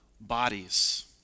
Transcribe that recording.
bodies